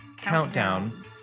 Countdown